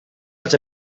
dels